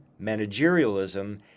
managerialism